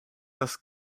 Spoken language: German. das